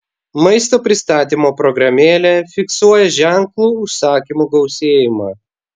maisto pristatymo programėlė fiksuoja ženklų užsakymų gausėjimą